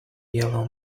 yellow